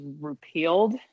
repealed